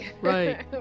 Right